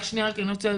רק שנייה אחת,